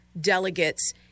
delegates